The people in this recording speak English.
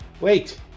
wait